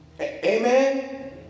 Amen